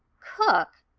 cook,